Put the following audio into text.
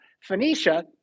Phoenicia